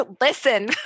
Listen